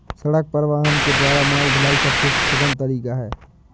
सड़क परिवहन के द्वारा माल ढुलाई सबसे सुगम तरीका है